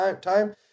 time